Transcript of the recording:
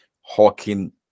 hawking